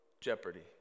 jeopardy